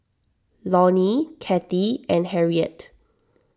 Lonie Kathie and Harriett